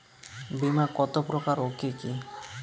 বীমা কত প্রকার ও কি কি?